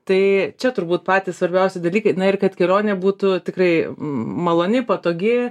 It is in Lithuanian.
tai čia turbūt patys svarbiausi dalykai na ir kad kelionė būtų tikrai maloni patogi